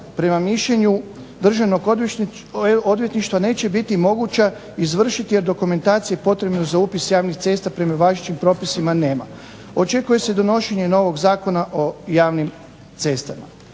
prema mišljenju državnog odvjetništva neće biti moguće izvršiti jer dokumentacije potrebne za upis javnih cesta prema važećim propisima nema. Očekuje se donošenje novog Zakona o javnim cestama.